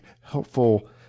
helpful